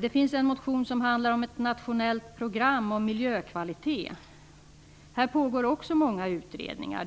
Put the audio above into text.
Det finns en motion som handlar om ett nationellt program för miljökvalitetsarbete. Här pågår också många utredningar.